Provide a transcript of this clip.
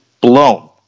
blown